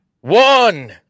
One